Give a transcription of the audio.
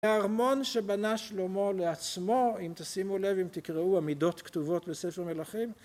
הארמון שבנה שלומו לעצמו, אם תשימו לב, אם תקראו עמידות כתובות בספר מלכים.